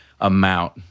amount